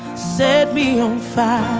set me on fire